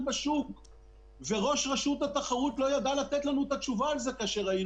אני מבקשת וחושבת שרשות התחרות תצטרך להכין